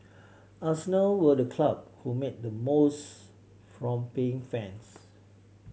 arsenal were the club who made the most from paying fans